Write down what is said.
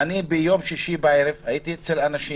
ביום שישי בערב הייתי אצל אנשים,